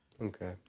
Okay